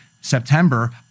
September